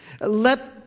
Let